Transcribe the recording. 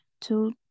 two